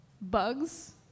bugs